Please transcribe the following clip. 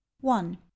one